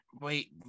Wait